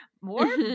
more